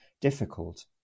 difficult